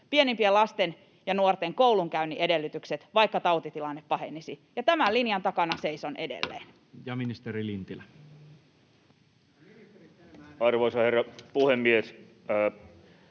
pienimpien lasten ja nuorten koulunkäynnin edellytykset, vaikka tautitilanne pahenisi. Ja tämän linjan takana seison edelleen. Ja ministeri Lintilä. [Mika Niikko: